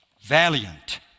Valiant